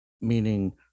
meaning